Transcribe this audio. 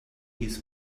his